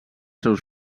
seus